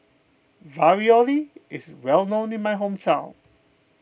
Ravioli is well known in my hometown